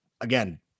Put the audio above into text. again